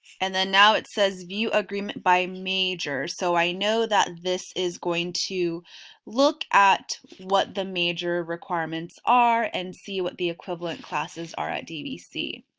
and then now it says view agreement by major so i know that this is going to look at what the major requirements are and see what the equivalent classes are at dvc.